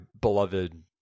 beloved